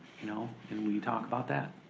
you know and we talk about that.